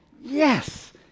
Yes